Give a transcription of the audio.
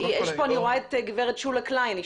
אני רואה כאן את גברת שולה קליין,